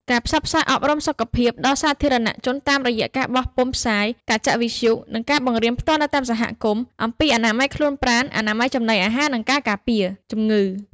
ការផ្សព្វផ្សាយអប់រំសុខភាពដល់សាធារណជន តាមរយៈការបោះពុម្ពផ្សាយ ការចាក់វិទ្យុ និងការបង្រៀនផ្ទាល់នៅតាមសហគមន៍ អំពីអនាម័យខ្លួនប្រាណ អនាម័យចំណីអាហារ និងការការពារជំងឺ។